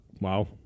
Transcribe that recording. Wow